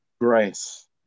grace